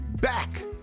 back